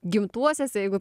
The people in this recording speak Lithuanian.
gimtuosiuose jeigu